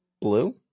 Blue